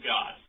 God